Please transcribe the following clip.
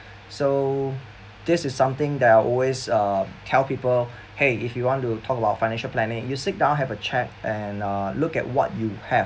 so this is something that I always uh tell people hey if you want to talk about financial planning you sit down have a chat and uh look at what you have